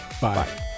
Bye